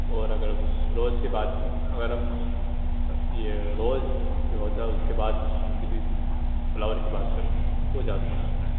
اور اگر روز کے بعد اگر ہم یہ روز جو ہوتا ہے اس کے بعد ہم کسی فلاور کی بات کریں تو وہ جاسمین آتا ہے